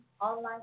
online